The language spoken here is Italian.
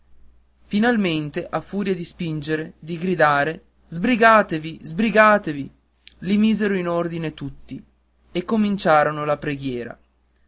finalmente a furia di spingere di gridare sbrigatevi sbrigatevi li misero in ordine tutti e cominciarono la preghiera